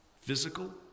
physical